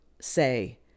say